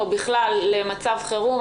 או בכלל למצב חירום.